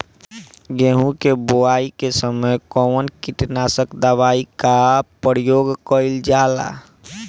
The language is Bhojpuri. गेहूं के बोआई के समय कवन किटनाशक दवाई का प्रयोग कइल जा ला?